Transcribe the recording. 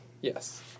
Yes